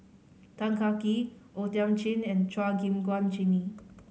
Tan Kah Kee O Thiam Chin and Chua Gim Guan Jimmy